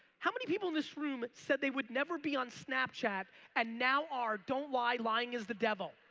how many people in this room said they would never be on snapchat and now are? don't lie, lying is the devil.